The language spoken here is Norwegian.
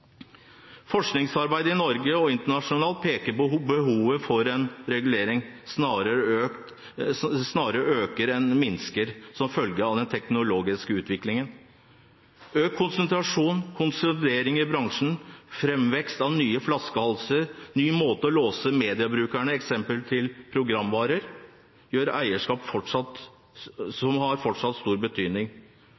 Forskningsarbeid i Norge og internasjonalt peker på at behovet for en regulering snarere øker enn minsker som følge av den teknologiske utviklingen. Økt konsentrasjon og konsolidering i bransjen, framvekst av nye flaskehalser og nye måter for å låse mediebrukerne til f.eks. programvare, gjør at eierskap fortsatt